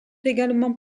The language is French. également